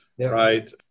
right